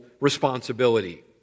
responsibility